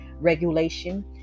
regulation